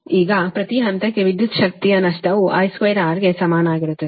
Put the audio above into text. ಈಗ ಪ್ರತಿ ಹಂತಕ್ಕೆ ವಿದ್ಯುತ್ ಶಕ್ತಿಯ ನಷ್ಟವು I2 R ಗೆ ಸಮನಾಗಿರುತ್ತದೆ